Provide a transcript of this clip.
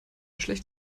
schlecht